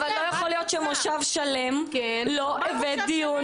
אבל לא יכול להיות שמושב שלם לא הבאת דיון,